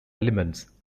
elements